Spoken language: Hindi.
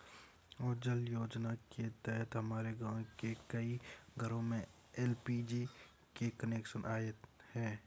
उज्ज्वला योजना के तहत हमारे गाँव के कई घरों में एल.पी.जी के कनेक्शन आए हैं